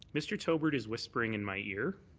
mr. tobert is whispering in my ear